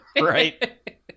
Right